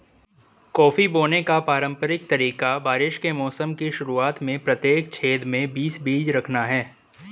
coffee बोने का पारंपरिक तरीका बारिश के मौसम की शुरुआत में प्रत्येक छेद में बीस बीज रखना है